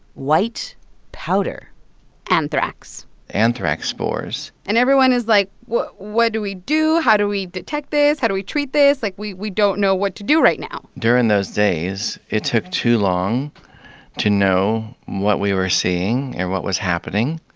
white powder anthrax anthrax spores and everyone is like, what what do we do? how do we detect this? how do we treat this like, we we don't know what to do right now during those days, it took too long to know what we were seeing and what was happening,